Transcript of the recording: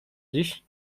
dziś